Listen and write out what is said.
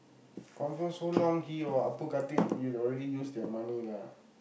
confirm so long he or Appu Karthik already use their money lah